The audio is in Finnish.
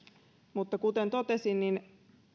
mutta kuten totesin